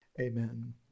Amen